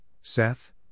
Seth